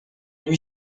lui